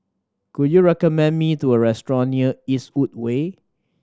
can you recommend me to a restaurant near Eastwood Way